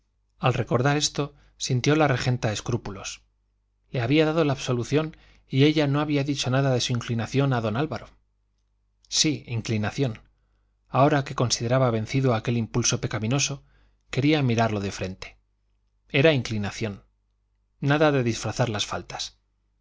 al recordar esto sintió la regenta escrúpulos le había dado la absolución y ella no había dicho nada de su inclinación a don álvaro sí inclinación ahora que consideraba vencido aquel impulso pecaminoso quería mirarlo de frente era inclinación nada de disfrazar las faltas